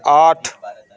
آٹھ